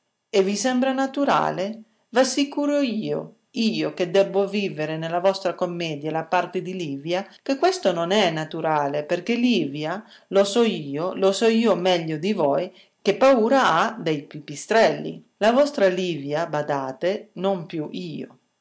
e vi sembra naturale v'assicuro io io che debbo vivere nella vostra commedia la parte di livia che questo non è naturale perché livia lo so io lo so io meglio di voi che paura ha dei pipistrelli la vostra livia badate non più io